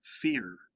fear